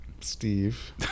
Steve